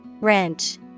wrench